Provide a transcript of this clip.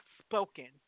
spoken